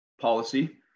policy